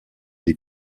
des